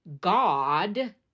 God